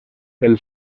pel